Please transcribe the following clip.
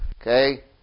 Okay